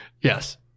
Yes